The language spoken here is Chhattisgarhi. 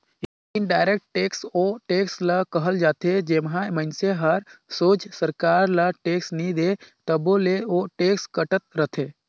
इनडायरेक्ट टेक्स ओ टेक्स ल कहल जाथे जेम्हां मइनसे हर सोझ सरकार ल टेक्स नी दे तबो ले ओ टेक्स कटत रहथे